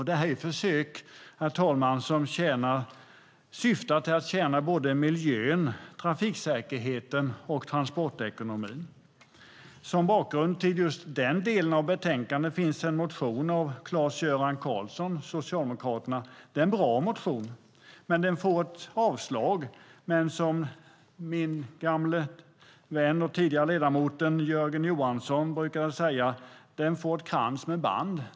Det här är försök, herr talman, som har till syfte att tjäna miljön, trafiksäkerheten och transportekonomin. Som bakgrund till just den delen av betänkandet finns en motion av Clas-Göran Carlsson från Socialdemokraterna. Det är en bra motion, men den får ändå ett avslag. Som min gamle vän och tidigare ledamoten Jörgen Johansson brukade säga: Den får krans med band.